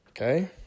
okay